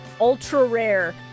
ultra-rare